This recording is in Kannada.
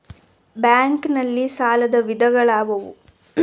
ಬ್ಯಾಂಕ್ ನಲ್ಲಿ ಸಾಲದ ವಿಧಗಳಾವುವು?